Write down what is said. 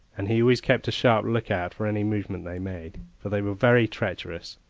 and he always kept a sharp look-out for any movement they made for they were very treacherous,